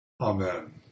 Amen